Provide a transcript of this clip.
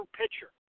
pitcher